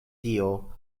dio